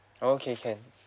okay can